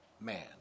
man